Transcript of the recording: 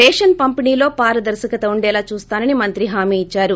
ration పంపిణీలో పారదర్చకత ఉండేలా చూస్తామని మంత్రి హామీ ఇద్చారు